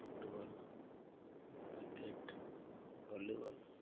football cricket volleyball